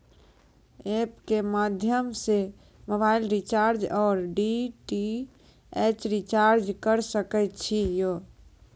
App के माध्यम से मोबाइल रिचार्ज ओर डी.टी.एच रिचार्ज करऽ सके छी यो?